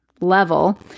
level